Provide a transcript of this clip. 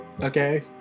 Okay